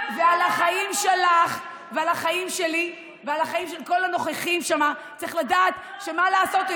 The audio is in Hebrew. ועל החיים שלי ועל החיים של כל הנוכחים שמה,